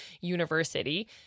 university